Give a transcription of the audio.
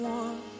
one